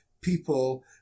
people